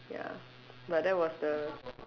ya but that was the